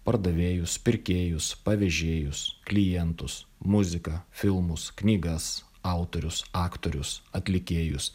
pardavėjus pirkėjus pavėžėjus klientus muziką filmus knygas autorius aktorius atlikėjus